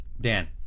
Dan